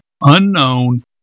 Unknown